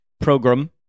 program